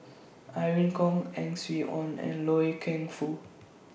Irene Khong Ang Swee Aun and Loy Keng Foo